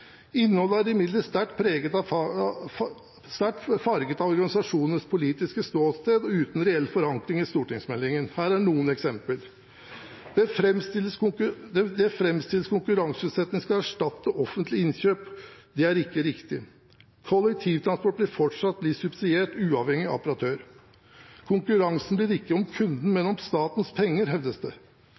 Innholdet er imidlertid sterkt farget av organisasjonenes politiske ståsted og uten reell forankring i stortingsmeldingen. Her er noen eksempler: Det framstilles som om konkurranseutsetting skal erstatte offentlige innkjøp. Det er ikke riktig. Kollektivtransporten vil fortsatt bli subsidiert, uavhengig av operatør. Konkurransen blir ikke om kunden, men om statens penger, hevdes det.